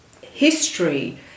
history